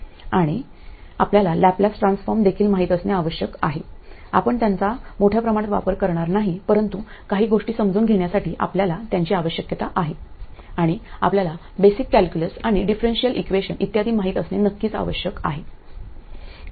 आणि आपल्याला Laplace transform देखील माहित असणे आवश्यक आहे आपण त्यांचा मोठ्या प्रमाणात वापर करणार नाही परंतु काही गोष्टी समजून घेण्यासाठी आपल्याला त्यांची आवश्यकता आहे आणि आपल्याला बेसिक कॅल्क्यूलस आणि डिफरन्शियल इक्वेशन इत्यादी माहित असणे नक्कीच आवश्यक आहे